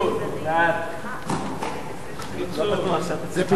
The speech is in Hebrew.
אין מתנגדים ואין